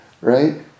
right